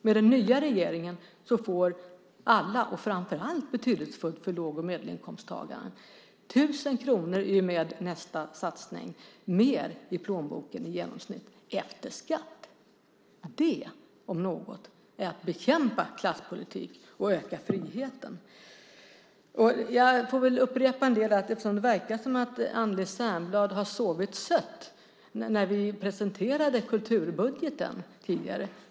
Med den nya regeringen får alla i genomsnitt 1 000 kronor mer efter skatt i plånboken i och med nästa satsning. Det är framför allt betydelsefullt för låg och medelinkomsttagarna. Det, om något, är att bekämpa klasspolitik och öka friheten. Jag får upprepa en del eftersom det verkar som om Anneli Särnblad sov sött när vi presenterade kulturbudgeten tidigare.